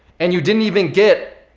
and you didn't even get,